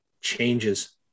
changes